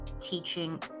teaching